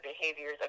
behaviors